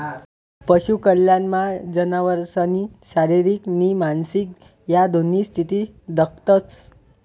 पशु कल्याणमा जनावरसनी शारीरिक नी मानसिक ह्या दोन्ही स्थिती दखतंस